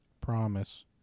Promise